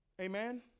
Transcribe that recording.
Amen